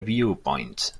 viewpoint